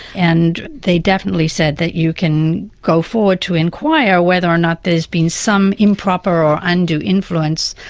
and they definitely said that you can go forward to enquire whether or not there has been some improper or undue influence,